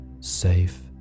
safe